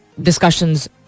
discussions